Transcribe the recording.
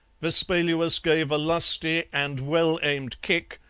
vespaluus gave a lusty and well-aimed kick,